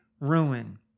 ruin